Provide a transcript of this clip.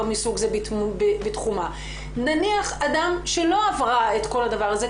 מסוג זה בתחומה נניח אדם שלא עברה את כל הדבר הזה,